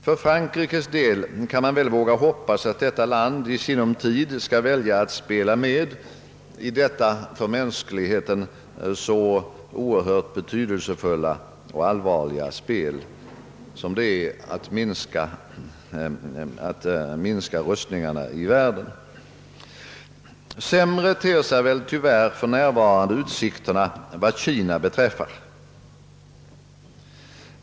För Frankrikes del kan man väl våga hoppas att detta land i sinom tid skall vilja spela med i detta för mänskligheten så oerhört betydelsefulla och allvarliga spel om minskning av rustningarna i världen. Sämre ter sig väl för närvarande utsikterna vad Kina beträffar.